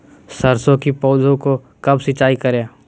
सरसों की पौधा को कब सिंचाई करे?